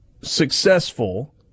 successful